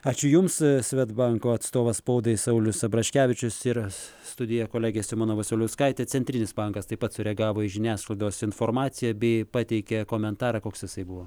ačiū jums svedbanko atstovas spaudai saulius abraškevičius ir studijoj kolegė simona vasiliauskaitė centrinis bankas taip pat sureagavo į žiniasklaidos informaciją bei pateikė komentarą koks jisai buvo